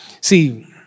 See